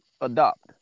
adopt